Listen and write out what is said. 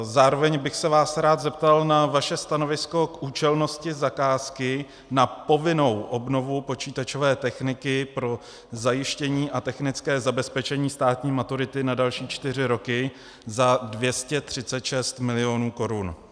Zároveň bych se vás rád zeptal na vaše stanovisko k účelnosti zakázky na povinnou obnovu počítačové techniky pro zajištění a technické zabezpečení státní maturity na další čtyři roky za 236 mil. korun.